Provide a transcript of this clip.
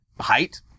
height